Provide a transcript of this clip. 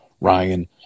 Ryan